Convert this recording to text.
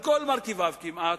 על כל מרכיביו כמעט,